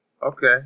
Okay